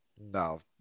No